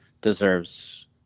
deserves